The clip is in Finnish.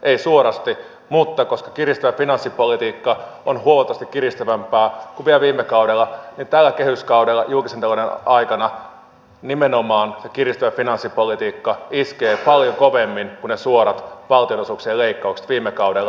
ei suorasti mutta koska kiristävä finanssipolitiikka on huomattavasti kiristävämpää kuin vielä viime kaudella niin tällä kehyskaudella nimenomaan se kiristävä finanssipolitiikka iskee paljon kovemmin kuin ne suorat valtionosuuksien leikkaukset viime kaudella